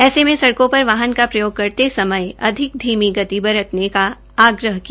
ऐसे मे सड़कों पर वाहन का प्रयोग करते समय अधिक धीमी गति बरतने का आग्रह किया